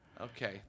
Okay